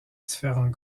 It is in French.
différents